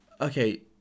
Okay